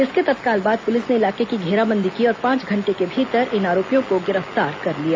इसके तत्काल बाद पुलिस ने इलाके की घेराबंदी की और पांच घंटे के भीतर इन आरोपियों को गिरफ्तार कर लिया